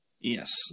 Yes